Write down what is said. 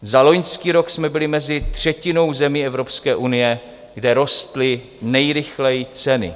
Za loňský rok jsme byli mezi třetinou zemí Evropské unie, kde rostly nejrychleji ceny.